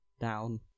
down